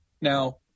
Now